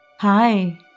hi